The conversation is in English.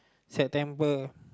September